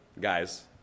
guys